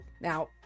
Now